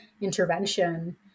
intervention